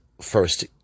first